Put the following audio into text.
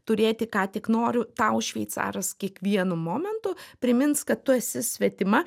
turėti ką tik noriu tau šveicaras kiekvienu momentu primins kad tu esi svetima